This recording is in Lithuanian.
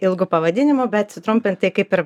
ilgu pavadinimu bet sutrumpintai kaip ir